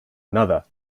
another